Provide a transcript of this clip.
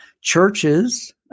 Churches